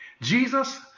Jesus